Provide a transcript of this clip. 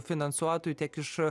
finansuotojų tiek iš